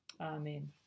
Amen